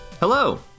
Hello